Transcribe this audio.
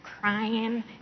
crying